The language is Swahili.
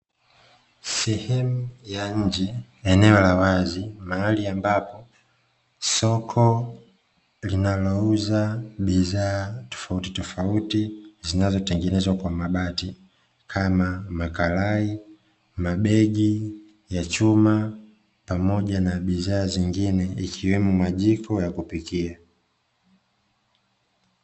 Sehemu ya nje ya eneo la wazi mahali ambako soko linalouza bidhaa tofauti tofauti zinazotengenezwa kwa mabati kama; makarai, mabegi ya chuma pamoja na bidhaa nyingine ikiwemo majiko ya kupikia.